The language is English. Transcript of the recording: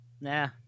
Nah